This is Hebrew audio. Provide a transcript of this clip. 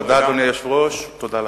אדוני היושב-ראש, תודה.